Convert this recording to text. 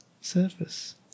surface